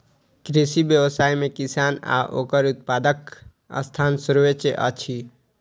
कृषि व्यवसाय मे किसान आ ओकर उत्पादकक स्थान सर्वोच्य अछि